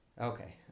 Okay